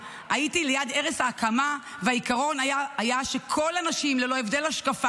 סליחה, והיו"ר צריך לגונן עליי מפניכן?